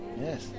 yes